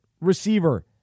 receiver